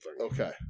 okay